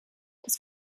das